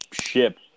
ship